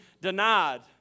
denied